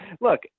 look